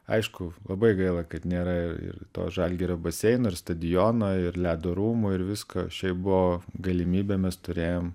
aišku labai gaila kad nėra ir to žalgirio baseino ir stadiono ir ledo rūmų ir visko šiaip buvo galimybėmis turėjom